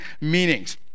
meanings